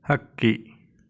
ಹಕ್ಕಿ